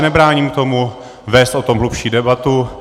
Nebráním se tomu vést o tom hlubší debatu.